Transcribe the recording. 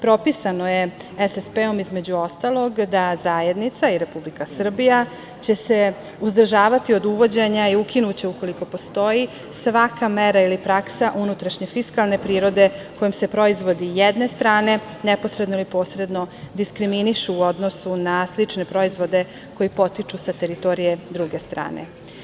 Propisano je SSP-om, između ostalog, da zajednica i Republika Srbija će se uzdržavati od uvođenja i ukinuće u koliko postoji svaka mera ili praksa unutrašnje fiskalne prirode, kojom se proizvodi jedne strane, neposredno ili posredno, diskriminišu u odnosu na slične proizvode koji potiču sa teritorije druge strane.